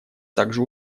также